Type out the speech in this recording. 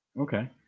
okay